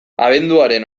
abenduaren